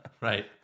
Right